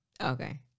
Okay